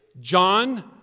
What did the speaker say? John